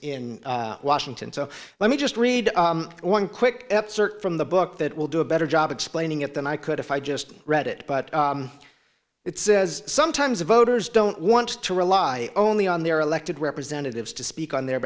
in washington so let me just read one quick search from the book that will do a better job explaining it than i could if i just read it but it says sometimes voters don't want to rely only on their elected representatives to speak on their